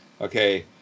okay